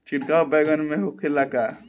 छिड़काव बैगन में होखे ला का?